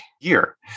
year